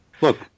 Look